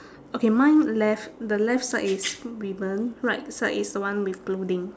okay mine left the left side is ribbon right side is the one with clothing